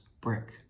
brick